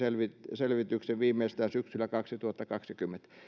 selvityksen viimeistään syksyllä kaksituhattakaksikymmentä